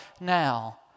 now